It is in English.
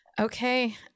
Okay